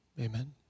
Amen